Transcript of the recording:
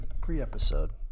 pre-episode